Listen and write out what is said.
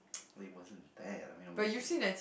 wait it wasn't that I mean I wasn't